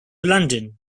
london